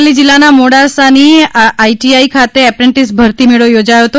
અરવલ્લી જિલ્લાના મોડાસાની આઈટીઆઈ ખાતે એપ્રેન્ટિસ ભરતી મેળો યોજાયો હતો